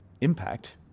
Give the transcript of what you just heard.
impact